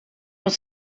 was